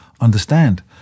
understand